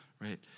right